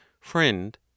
Friend